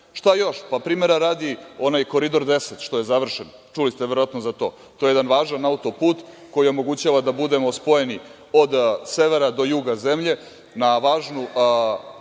još? Primera radi, onaj Koridor 10, što je završen, čuli ste verovatno za to, to je jedan važan auto-put koji omogućava da budemo spojeni od severa do juga zemlje, od